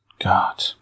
God